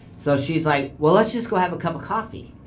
so she's like, well let's just go have a cup of coffee.